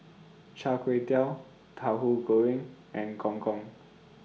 Char Kway Teow Tauhu Goreng and Gong Gong